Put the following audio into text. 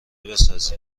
بسازیم